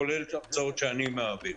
כולל בהרצאות שאני מעביר,